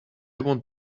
want